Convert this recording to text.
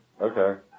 Okay